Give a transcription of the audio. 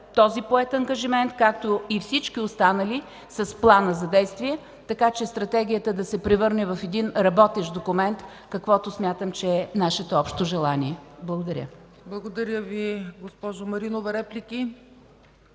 този поет ангажимент, както и всички останали с плана за действие, така че Стратегията да се превърне в един работещ документ, каквото смятам, че е нашето общо желание. Благодаря. ПРЕДСЕДАТЕЛ ЦЕЦКА ЦАЧЕВА: Благодаря Ви, госпожо Маринова. Реплики?